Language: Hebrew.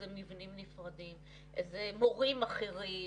זה מבנים נפרדים, זה מורים אחרים.